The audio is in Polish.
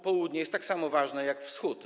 Południe jest tak samo ważne jak Wschód.